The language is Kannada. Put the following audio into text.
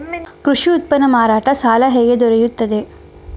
ಕೃಷಿ ಉತ್ಪನ್ನ ಮಾರಾಟ ಸಾಲ ಹೇಗೆ ದೊರೆಯುತ್ತದೆ?